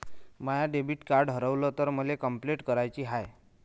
माय debit card हारवल तर मले कंपलेंट कराची हाय